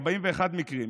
41 מקרים,